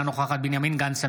אינה נוכחת בנימין גנץ,